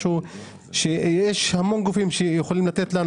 משהו שיש המון גופים שיכולים לתת לנו